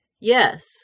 Yes